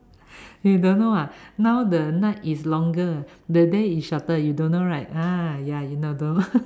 you don't know ah now the night is longer the day is shorter you don't know right ah ya you know don't